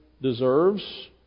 deserves